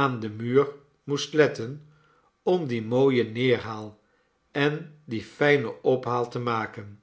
aan den muur moest letten om dien mooien neerhaal en dien fijnen ophaal te maken